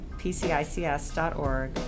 PCICS.org